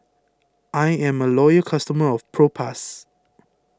I am a loyal customer of Propass